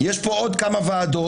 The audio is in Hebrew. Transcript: יש פה עוד כמה ועדות,